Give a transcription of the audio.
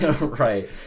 right